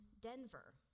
Denver